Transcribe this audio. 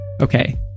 Okay